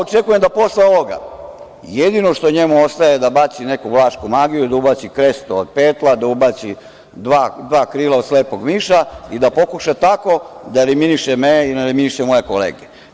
Očekujem da posle ovoga jedino što njemu ostaje je da baci neku vlašku magiju, da ubaci krestu od petla, da ubaci dva krila od slepog miša i da pokuša tako da eliminiše mene i moje kolege.